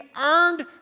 earned